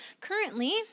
currently